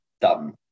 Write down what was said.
done